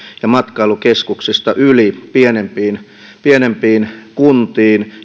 ja matkailukeskuksista yli pienempiin pienempiin kuntiin